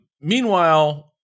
Meanwhile